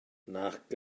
nac